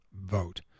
vote